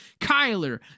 Kyler